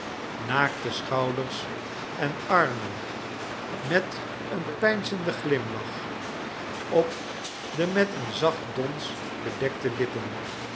naakte schouders en armen met een peinzenden glimlach op de met een zacht dons bedekte lippen